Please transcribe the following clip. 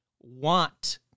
want